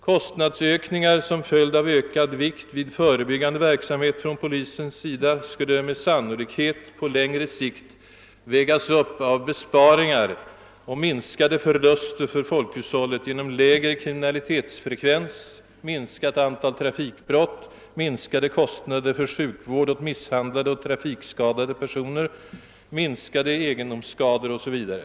Kostnadsökningar som följd av ökad vikt vid förebyggande verksamhet från polisens sida skulle med sannolikhet på längre sikt vägas upp av besparingar och minskade förluster för folkhushållet genom lägre kriminalitetsfrekvens, minskat antal trafikbrott, minskade kostnader för sjukvård åt misshandlade och trafikskadade personer, minskade egendomsskador o.s.v.